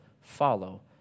follow